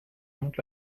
monte